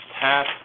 TAP